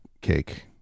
cake